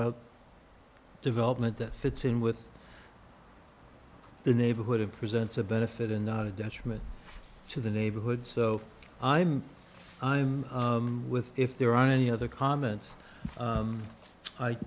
out development that fits in with the neighborhood it presents a benefit in the not a detriment to the neighborhood so i'm i'm with if there are any other comments